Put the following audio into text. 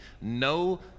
no